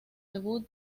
debut